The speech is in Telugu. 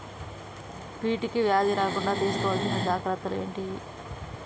వీటికి వ్యాధి రాకుండా తీసుకోవాల్సిన జాగ్రత్తలు ఏంటియి?